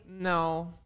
No